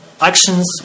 actions